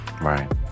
right